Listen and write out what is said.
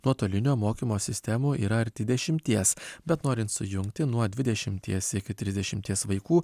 nuotolinio mokymo sistemų yra arti dešimties bet norint sujungti nuo dvidešimties iki trisdešimties vaikų